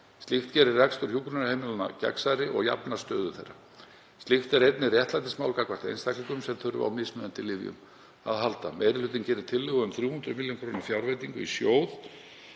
Slíkt gerir rekstur hjúkrunarheimila gegnsærri og jafnar stöðu þeirra. Slíkt er einnig réttlætismál gagnvart einstaklingum sem þurfa á mismunandi lyfjum að halda. Meiri hlutinn gerir tillögu um 300 millj. kr. fjárveitingu í sjóð